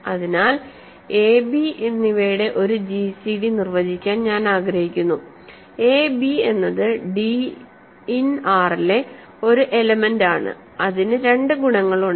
അതിനാൽ ab എന്നിവയുടെ ഒരു gcd നിർവചിക്കാൻ ഞാൻ ആഗ്രഹിക്കുന്നു a b എന്നത് d ഇൻ R ലെ ഒരു എലെമെൻറ് ആണ് അതിന് രണ്ട് ഗുണങ്ങളുണ്ട്